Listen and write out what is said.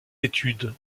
études